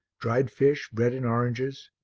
dried fish, bread and oranges,